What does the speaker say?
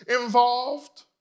involved